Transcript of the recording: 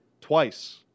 twice